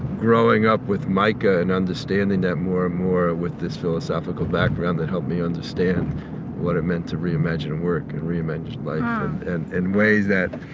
growing up with micah and understanding that more and more with this philosophical background that helped me understand what it meant to reimagine work and reimagine life and in ways that